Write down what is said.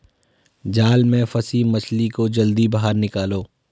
जाल में फसी मछली को जल्दी बाहर निकालो